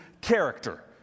character